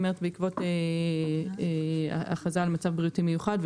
בעקבות הכרזה על מצב בריאותי מיוחד החל מ-1 במרץ